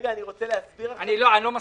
אני רוצה להסביר לכם --- אני לא מסכים.